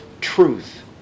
truth